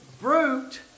brute